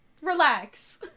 Relax